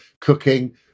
cooking